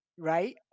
Right